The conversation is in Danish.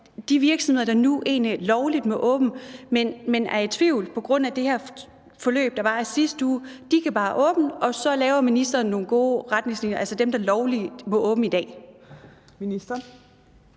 de virksomheder, der nu egentlig lovligt må holde åben, men er i tvivl på grund af det her forløb, der var i sidste uge, bare kan åbne, og så laver ministeren nogle gode retningslinjer? Altså for dem, som lovligt må holde åbent i dag?